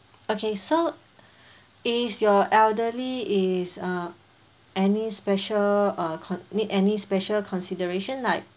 okay so is your elderly is uh any special uh con~ need any special consideration like